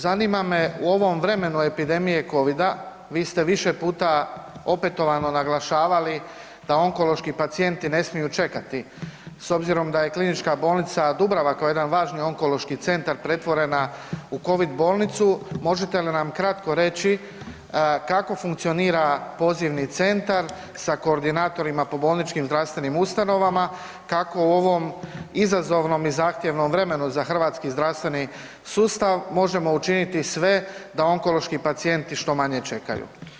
Zanima me, u ovom vremenu epidemije covida vi ste više puta opetovano naglašavali da onkološki pacijenti ne smiju čekati s obzirom da je KB Dubrava, koja je jedan važni onkološki centar, pretvorena u covid bolnicu, možete li nam kratko reći kako funkcionira pozivni centar sa koordinatorima po bolničkim zdravstvenim ustanovama, kako u ovom izazovnom i zahtjevom vremenu za hrvatski zdravstveni sustav možemo učiniti sve da onkološki pacijenti što manje čekaju?